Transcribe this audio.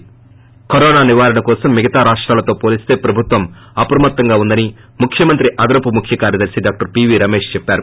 ి కరోనా నివారణ కోసం మిగతా రాష్షాలతో పోలిస్తే ప్రభుత్వం అప్రమత్తంగా ఉందని ముఖ్యమంత్రి అదనపు ముఖ్య కార్యదర్శి డాక్టర్ పీ వీ రమేశ్ చెప్పారు